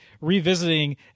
revisiting